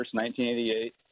1988